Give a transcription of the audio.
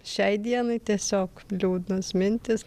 šiai dienai tiesiog liūdnos mintys